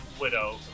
Widow